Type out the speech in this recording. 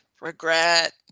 regret